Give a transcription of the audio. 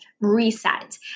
reset